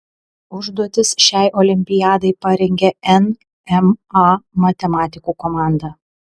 užduotis šiai olimpiadai parengė nma matematikų komanda